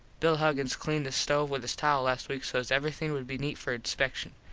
bill huggins cleaned the stove with his towel last week sos everything would be neet for inspecshun.